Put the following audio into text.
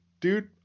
dude